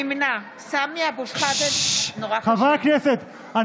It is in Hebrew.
נמנע חברי הכנסת,